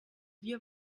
wir